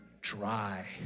dry